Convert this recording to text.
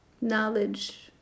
knowledge